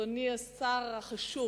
אדוני השר החשוב,